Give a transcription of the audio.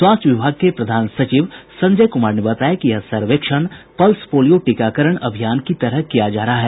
स्वास्थ्य विभाग के प्रधान सचिव संजय कुमार ने बताया कि यह सर्वेक्षण पल्स पोलियो टीकाकरण अभियान की तरह किया जा रहा है